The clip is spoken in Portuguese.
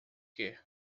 quê